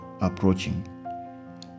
approaching